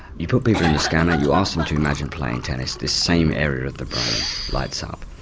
you put people in the scanner, you ask them to imagine playing tennis, this same area of the brain lights up.